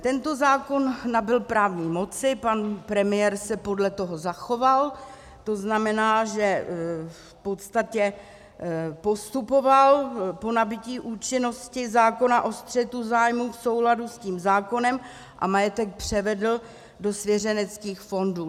Tento zákon nabyl právní moci, pan premiér se podle toho zachoval, to znamená, že v podstatě postupoval po nabytí účinnosti zákona o střetu zájmů v souladu s tím zákonem a majetek převedl do svěřeneckých fondů.